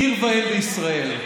עיר ואם בישראל.